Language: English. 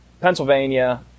Pennsylvania